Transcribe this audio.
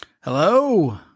Hello